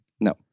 No